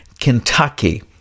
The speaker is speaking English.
Kentucky